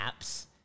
apps